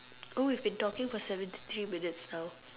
oh we've been talking for seventy three minutes now